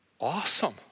Awesome